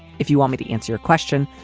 if you want me to answer your question,